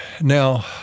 Now